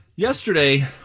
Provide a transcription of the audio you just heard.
Yesterday